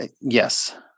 Yes